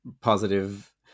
positive